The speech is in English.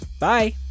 Bye